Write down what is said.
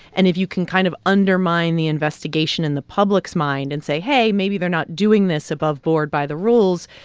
and if you can kind of undermine the investigation in the public's mind and say, hey, maybe they're not doing this aboveboard, by the rules,